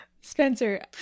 spencer